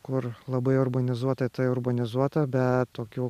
kur labai urbanizuota tai urbanizuota be tokių